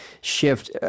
shift